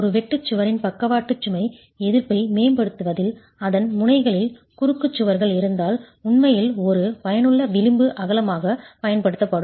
ஒரு வெட்டு சுவரின் பக்கவாட்டு சுமை எதிர்ப்பை மேம்படுத்துவதில் அதன் முனைகளில் குறுக்கு சுவர்கள் இருந்தால் உண்மையில் ஒரு பயனுள்ள விளிம்பு அகலமாக பயன்படுத்தவும்